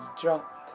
drop